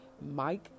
Mike